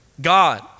God